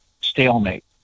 stalemate